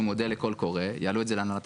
ואם כן, איך אתה מציע לגשר עליו?